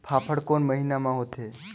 फाफण कोन महीना म होथे?